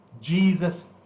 Jesus